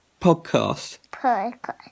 Podcast